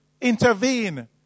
intervene